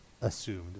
assumed